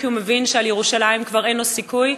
כי הוא מבין שבירושלים כבר אין לו סיכוי,